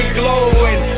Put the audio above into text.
glowing